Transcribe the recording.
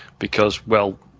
because, well,